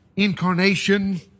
incarnation